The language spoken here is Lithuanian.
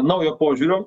naujo požiūrio